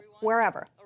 wherever